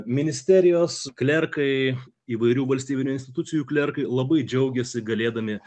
ministerijos klerkai įvairių valstybinių institucijų klerkai labai džiaugiasi galėdami